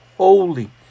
Holy